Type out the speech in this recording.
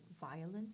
violent